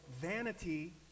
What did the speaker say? vanity